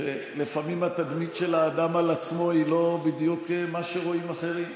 לפעמים התדמית של האדם על עצמו היא לא בדיוק מה שרואים אחרים.